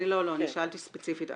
אני שאלתי ספציפית.